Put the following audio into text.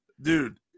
dude